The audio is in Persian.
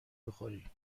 بخوری